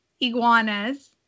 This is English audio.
iguanas